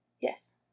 Yes